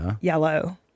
yellow